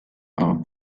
all